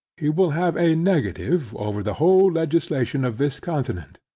he will have a negative over the whole legislation of this continent.